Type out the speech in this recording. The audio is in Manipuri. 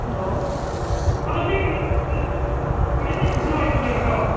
ꯍꯜꯂꯣ ꯄꯨꯂꯤꯁ ꯏꯁꯇꯦꯁꯟ ꯑꯣꯏꯕꯤꯔꯕ꯭ꯔꯣ